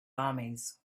armies